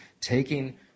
taking